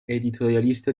editorialista